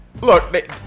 look